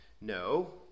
No